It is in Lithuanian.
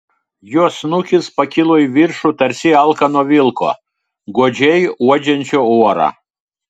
jo snukis pakilo į viršų tarsi alkano vilko godžiai uodžiančio orą